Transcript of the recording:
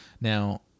now